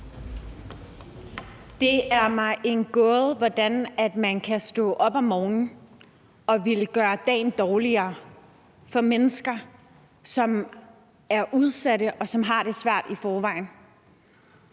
Det er mig en gåde, hvordan man kan stå op om morgenen og ville gøre dagen dårligere for mennesker, som er udsatte, og som har det svært i forvejen.